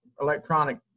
electronic